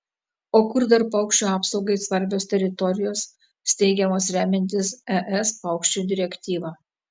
o kur dar paukščių apsaugai svarbios teritorijos steigiamos remiantis es paukščių direktyva